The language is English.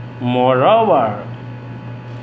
moreover